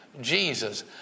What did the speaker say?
Jesus